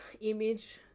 image